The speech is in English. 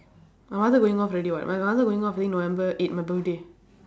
my mother going off already [what] my mother going off during november eight my birthday